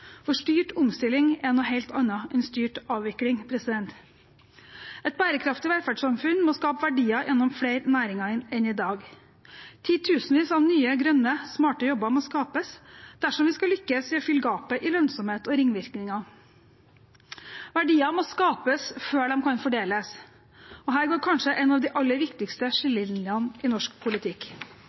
rammevilkår. Styrt omstilling er noe helt annet enn styrt avvikling. Et bærekraftig velferdssamfunn må skape verdier gjennom flere næringer enn i dag. Titusenvis av nye, grønne og smarte jobber må skapes dersom vi skal lykkes i å fylle gapet i lønnsomhet og ringvirkninger. Verdier må skapes før de kan fordeles. Her går kanskje en av de aller viktigste skillelinjene i norsk politikk.